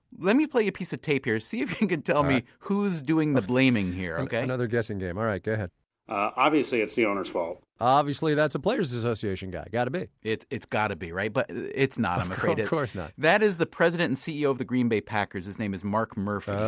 let me play you a piece of tape here. see if you can can tell me who's doing the blaming here, ok? another guessing game. all right, go ahead obviously, it's the owners' fault obviously that's a players association guy, gotta be it's it's gotta be, right? but it's not, i'm afraid of course not that is the president and ceo of the green bay packers. his name is mark murphy.